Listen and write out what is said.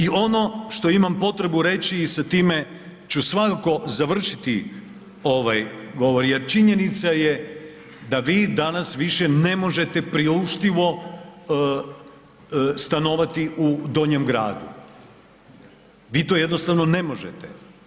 I ono što imam potrebu reći i sa time ću svakako završiti ovaj govor, jer činjenica je da vi danas više ne možete priuštivo stanovati u Donjem gradu, vi to jednostavno ne možete.